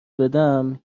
بدم